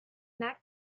that